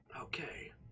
Okay